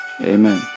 Amen